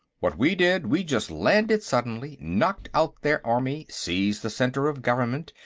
what we did, we just landed suddenly, knocked out their army, seized the center of government,